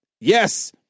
Yes